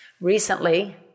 Recently